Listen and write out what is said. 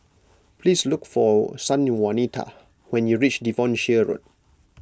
please look for Sanjuanita when you reach Devonshire Road